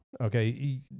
Okay